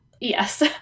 Yes